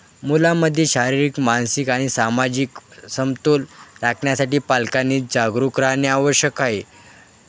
मुलामध्ये शारीरिक मानसिक आणि सामाजिक समतोल राखण्यासाठी पालकांनी जागरूक राहणे आवश्यक आहे